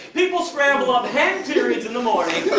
people scramble up hen periods in the morning